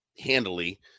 handily